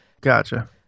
Gotcha